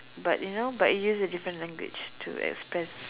but you know but use a different language to express